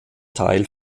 teil